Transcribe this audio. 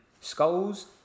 Skulls